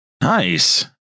Nice